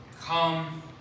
come